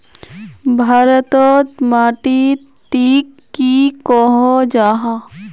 भारत तोत माटित टिक की कोहो जाहा?